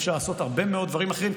אפשר לעשות הרבה מאוד דברים אחרים,